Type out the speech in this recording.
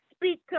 Speak